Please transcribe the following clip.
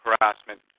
harassment